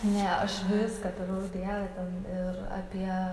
ne aš viską darau dieve ten ir apie